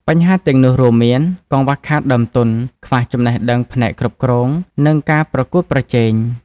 បញ្ហាទាំងនោះរួមមាន កង្វះខាតដើមទុន ខ្វះចំណេះដឹងផ្នែកគ្រប់គ្រង និងការប្រកួតប្រជែង។